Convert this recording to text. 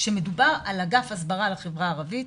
כשמדובר על אגף הסברה בחברה הערבית,